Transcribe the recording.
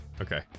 okay